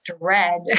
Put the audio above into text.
dread